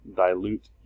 dilute